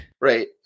right